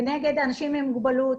כנגד אנשים עם מוגבלות.